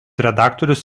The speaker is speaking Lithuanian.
redaktorius